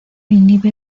inhibe